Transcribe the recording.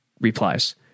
replies